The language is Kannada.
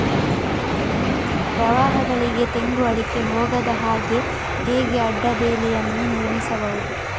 ಪ್ರವಾಹಗಳಿಗೆ ತೆಂಗು, ಅಡಿಕೆ ಹೋಗದ ಹಾಗೆ ಹೇಗೆ ಅಡ್ಡ ಬೇಲಿಯನ್ನು ನಿರ್ಮಿಸಬಹುದು?